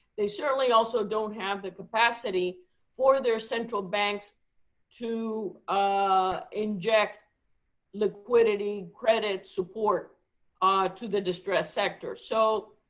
they certainly also don't have the capacity for their central banks to ah inject liquidity credit support ah to the distressed sector. so